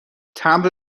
تمبر